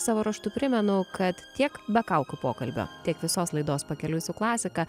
savo ruožtu primenu kad tiek be kaukių pokalbio tiek visos laidos pakeliui su klasika